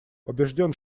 убежден